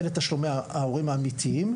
אלה תשלומי ההורים האמיתיים.